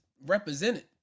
represented